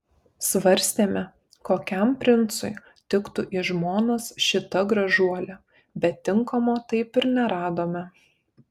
svarstėme kokiam princui tiktų į žmonas šita gražuolė bet tinkamo taip ir neradome